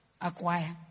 acquire